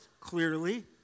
clearly